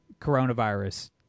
coronavirus